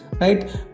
right